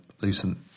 loosen